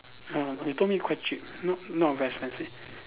ya lor you told me quite cheap no not very expensive